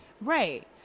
Right